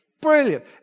Brilliant